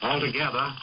Altogether